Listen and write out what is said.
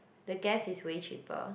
the gas is way cheaper